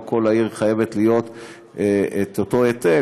לא כל העיר חייבת להיות עם אותו היטל.